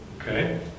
Okay